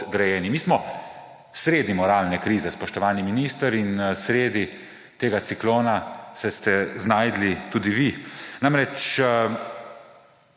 podrejeni. Mi smo sredi moralne krize, spoštovani minister, in sredi tega ciklona ste se znašli tudi vi. Namreč,